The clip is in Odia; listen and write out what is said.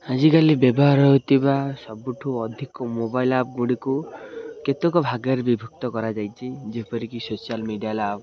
ଆଜିକାଲି ବ୍ୟବହାର ହୋଇଥିବା ସବୁଠୁ ଅଧିକ ମୋବାଇଲ୍ ଆପ୍ ଗୁଡ଼ିକୁ କେତେକ ଭାଗରେ ବିଭକ୍ତ କରାଯାଇଛି ଯେପରିକି ସୋସିଆଲ୍ ମିଡ଼ିଆ ଆପ୍